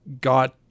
got